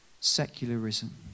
secularism